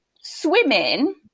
swimming